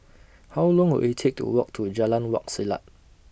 How Long Will IT Take to Walk to Jalan Wak Selat